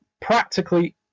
practically